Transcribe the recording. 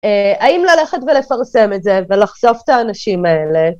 האם ללכת ולפרסם את זה ולחשוף את האנשים האלה?